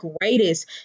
greatest